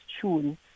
tune